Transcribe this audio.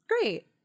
Great